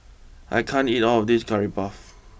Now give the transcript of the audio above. I can't eat all of this Curry Puff